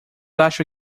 acho